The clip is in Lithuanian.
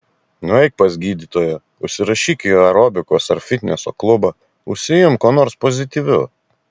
nueik pas gydytoją užsirašyk į aerobikos ar fitneso klubą užsiimk kuo nors pozityviu